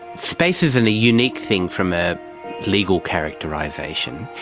space is and a unique thing from a legal characterisation.